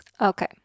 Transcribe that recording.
Okay